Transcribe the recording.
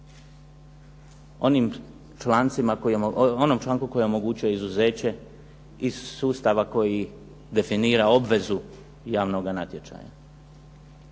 onom članku kojem omogućuje izuzeće iz sustava koje definira obvezu javnoga natječaja?